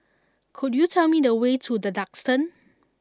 could you tell me the way to The Duxton